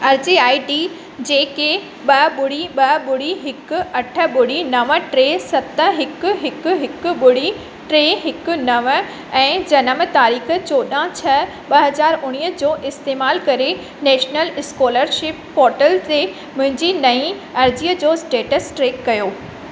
अर्ज़ी ID जे के ॿ ॿुड़ी ॿ ॿुड़ी हिकु अठ ॿुड़ी नव टे सत हिकु हिकु हिकु ॿुड़ी टे हिकु नव ऐं जनम तारीख़ चोॾाह छह ॿ हज़ार उणिवीह जो इस्तैमाल करे नैशनल स्कोलरशिप पोर्टल ते मुंहिंजी नईं अर्ज़ीअ जो स्टेटस ट्रेक कयो